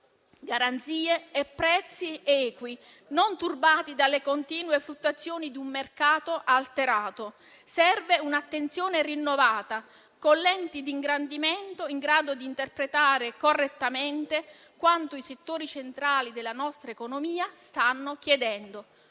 garanzie e prezzi equi, non turbati dalle continue fluttuazioni di un mercato alterato. Serve un'attenzione rinnovata, con lenti di ingrandimento in grado di interpretare correttamente quanto i settori centrali della nostra economia stanno chiedendo.